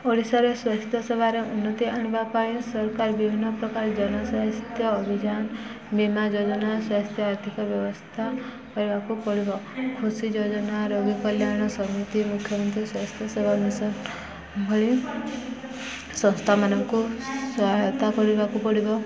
ଓଡ଼ିଶାରେ ସ୍ୱାସ୍ଥ୍ୟ ସେବାର ଉନ୍ନତି ଆଣିବା ପାଇଁ ସରକାର ବିଭିନ୍ନ ପ୍ରକାର ଜନସ୍ୱାସ୍ଥ୍ୟ ଅଭିଯାନ ବୀମା ଯୋଜନା ସ୍ୱାସ୍ଥ୍ୟ ଆର୍ଥିକ ବ୍ୟବସ୍ଥା କରିବାକୁ ପଡ଼ିବ ଖୁସି ଯୋଜନା ରୋଗୀ କଲ୍ୟାଣ ସମିତି ମୁଖ୍ୟମନ୍ତ୍ରୀ ସ୍ୱାସ୍ଥ୍ୟ ସେବା ମିଶନ ଭଳି ସଂସ୍ଥାମାନଙ୍କୁ ସହାୟତା କରିବାକୁ ପଡ଼ିବ